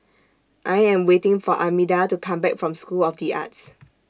I Am waiting For Armida to Come Back from School of The Arts